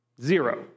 Zero